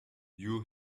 you